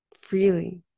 freely